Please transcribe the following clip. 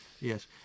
Yes